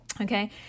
Okay